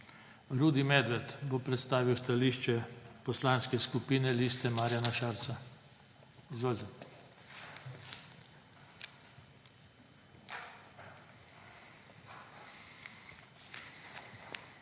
Rudi Medved bo predstavil stališče Poslanske skupine Liste Marjana Šarca. Izvolite.